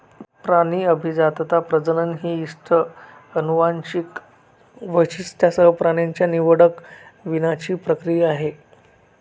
प्राणी अभिजातता, प्रजनन ही इष्ट अनुवांशिक वैशिष्ट्यांसह प्राण्यांच्या निवडक वीणाची प्रक्रिया आहे